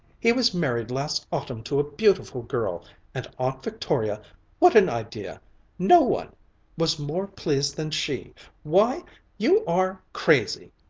he was married last autumn to a beautiful girl and aunt victoria what an idea no one was more pleased than she why you are crazy!